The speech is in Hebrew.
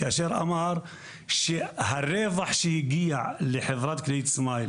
כאשר אמר שהרווח שהגיע לחברת כללית סמייל